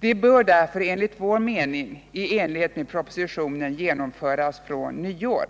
De bör därför enligt vår mening i enlighet med propositionen genomföras från nyår.